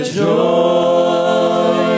joy